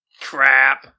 Crap